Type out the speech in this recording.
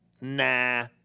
nah